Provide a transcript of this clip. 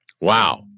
Wow